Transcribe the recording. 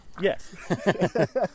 Yes